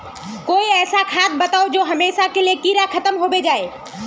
कोई ऐसा खाद बताउ जो हमेशा के लिए कीड़ा खतम होबे जाए?